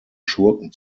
schurken